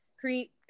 create